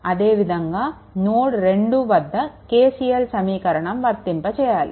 అదేవిధంగా నోడ్2 వద్ద KCL సమీకరణం వర్తింప చేయాలి